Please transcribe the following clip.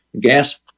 gas